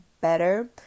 better